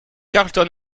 charlton